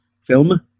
film